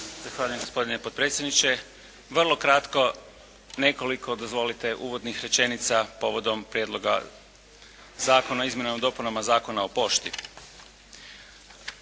Zahvaljujem. Gospodine potpredsjedniče. Vrlo kratko, nekoliko dozvolite uvodnih rečenica povodom Prijedloga zakona o izmjenama i dopunama Zakona o pošti.